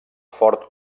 fort